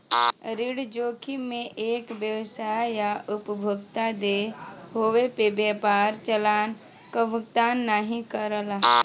ऋण जोखिम में एक व्यवसाय या उपभोक्ता देय होये पे व्यापार चालान क भुगतान नाहीं करला